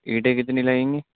اینٹیں کتنی لگیں گی